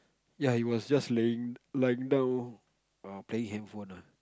ya he was just laying lying down err playing handphone ah